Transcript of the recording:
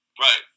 Right